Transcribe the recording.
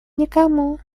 никому